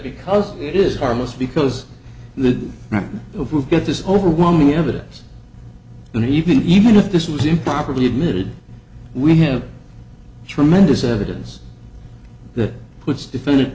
because it is harmless because the right if you get this overwhelming evidence and you can even if this was improperly admitted we have tremendous evidence that puts defend